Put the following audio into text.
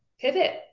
pivot